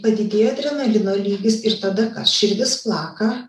padidėja adrenalino lygis ir tada kas širdis plaka